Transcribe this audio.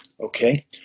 okay